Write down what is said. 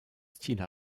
styles